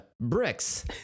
Bricks